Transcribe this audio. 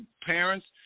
parents